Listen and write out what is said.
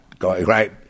right